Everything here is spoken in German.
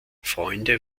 freunde